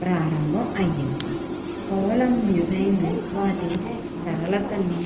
ప్రారంభం అయ్యింది కోలం డిజైన్లు వాటి సరళతను